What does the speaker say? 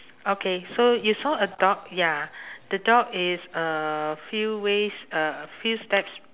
okay so you saw a dog ya the dog is a few ways a few steps